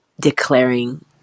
declaring